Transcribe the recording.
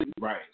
Right